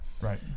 Right